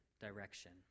direction